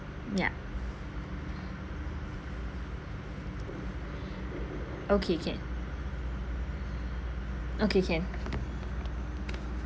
yup okay can okay can